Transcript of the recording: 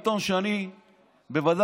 זה עיתון שאני בוודאי